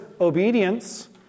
obedience